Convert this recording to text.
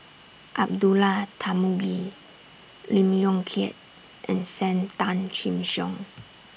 Abdullah Tarmugi Lee Yong Kiat and SAM Tan Chin Siong